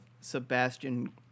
Sebastian